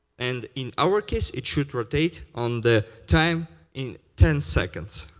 and in our case, it should rotate on the time in ten seconds,